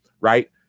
right